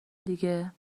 دیگه